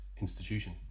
institution